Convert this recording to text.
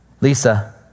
Lisa